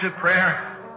prayer